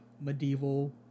medieval